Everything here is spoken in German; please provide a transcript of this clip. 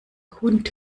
hund